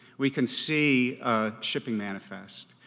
we can see a shipping manifest,